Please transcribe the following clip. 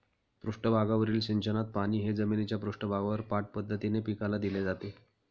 पृष्ठभागावरील सिंचनात पाणी हे जमिनीच्या पृष्ठभागावर पाठ पद्धतीने पिकाला दिले जाते